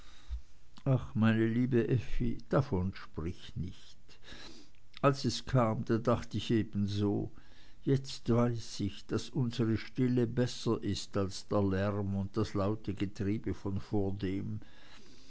ach meine liebe effi davon sprich nicht als es kam da dacht ich ebenso jetzt weiß ich daß unsere stille besser ist als der lärm und das laute getriebe von vordem